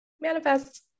Manifest